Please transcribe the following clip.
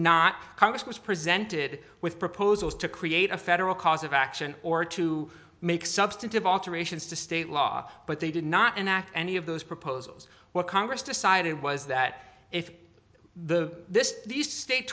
congress was presented with proposals to create a federal cause of action or to make substantive alterations to state law but they did not enact any of those proposals what congress decided was that if the this these state